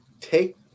take